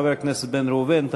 חבר הכנסת בן ראובן,